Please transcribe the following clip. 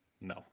No